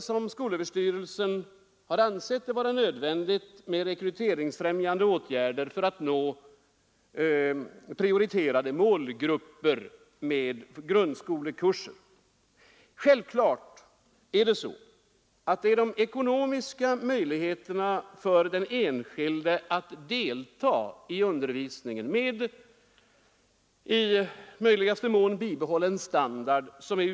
Skolöverstyrelsen anser det nödvändigt med rekryteringsfrämjande åtgärder för att nå prioriterade målgrupper med grundskolekurser. Utslagsgivande är självklart den enskildes möjligheter att delta i undervisningen med i görligaste mån bibehållen standard.